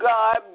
God